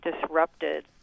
disrupted